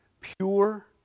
pure